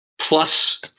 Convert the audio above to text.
plus